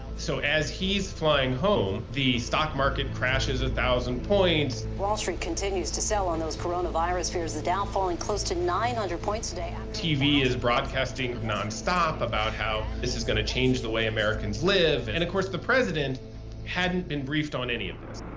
so, as he's flying home, the stock market crashes a thousand points. wall street continues to sell on those coronavirus fears, the dow falling close to nine hundred points today. tv is broadcasting nonstop about how this is gonna change the way americans live, and of course, the president hadn't been briefed on any of this.